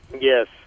Yes